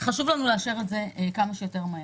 חשוב לנו לאשר את זה כמה שיותר מהר,